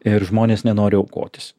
ir žmonės nenori aukotis